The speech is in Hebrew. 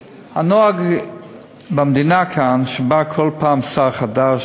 הנוהג במדינה כאן הוא שבא כל פעם שר חדש,